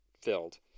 filled